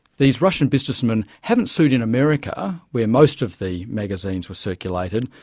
these russian businessmen haven't sued in america, where most of the magazines were circulated,